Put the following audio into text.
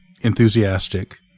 enthusiastic